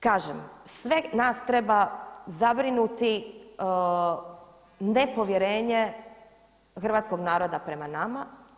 Kažem, sve nas treba zabrinuti nepovjerenje hrvatskog naroda prema nama.